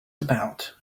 about